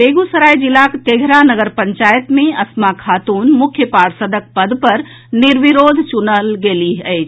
बेगूसराय जिलाक तेघरा नगर पंचायत मे अस्मा खातून मुख्य पार्षदक पद पर निर्विरोध चुनल गेलीह अछि